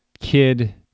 kid